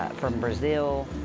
from brazil,